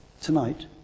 Tonight